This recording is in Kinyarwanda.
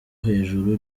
hejuru